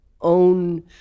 own